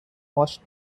washed